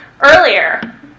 earlier